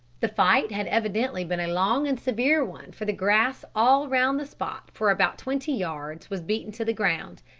the fight had evidently been a long and severe one for the grass all round the spot, for about twenty yards, was beaten to the ground,